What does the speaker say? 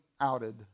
outed